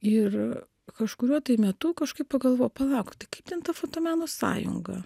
ir kažkuriuo metu kažkaip pagalvojau palauk tai kaip ten ta fotomeno sąjungą